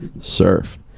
surf